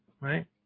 right